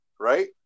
right